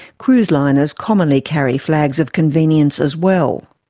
cruise liners commonly carry flags of convenience as well.